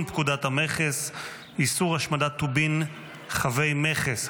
פקודת המכס (איסור השמדת טובין חבי מכס),